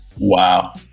Wow